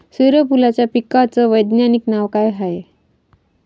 सुर्यफूलाच्या पिकाचं वैज्ञानिक नाव काय हाये?